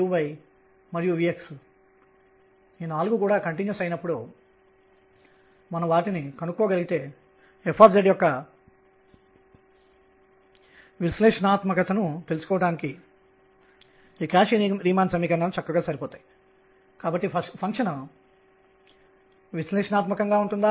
కాబట్టి నేను సమాధానం ఇస్తాను ఈ మొత్తం విషయానికి సమాధానం 2L mk 2mE గా వస్తుంది